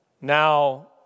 now